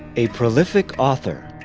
a prolific author,